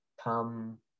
come